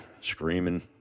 screaming